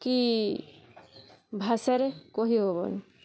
କି ଭାଷାରେ କହି ହବନି